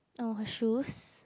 uh shoes